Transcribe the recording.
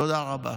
תודה רבה.